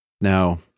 Now